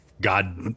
God